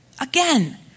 again